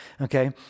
okay